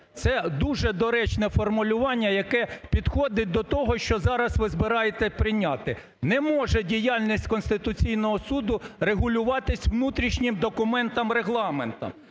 Це дуже доречне формулювання, яке підходить до того, що зараз ви збираєтесь прийняти. Не може діяльність Конституційного Суду регулюватись внутрішнім документом – регламентом.